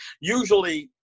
Usually